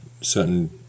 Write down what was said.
certain